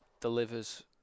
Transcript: Delivers